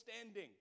standing